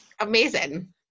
amazing